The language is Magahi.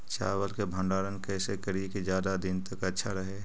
चावल के भंडारण कैसे करिये की ज्यादा दीन तक अच्छा रहै?